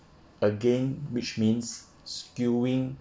again which means skewing